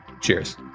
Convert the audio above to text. Cheers